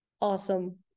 awesome